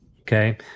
Okay